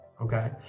Okay